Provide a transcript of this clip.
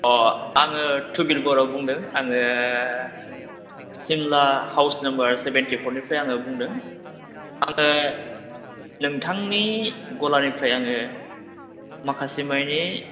अह आङो थुगिल बर' बुंदों आङो सिमला हावस नाम्बार सेभेन्टि फर निफ्राय बुंदों आङो नोंथांनि गलानिफ्राय आङो माखासे मानि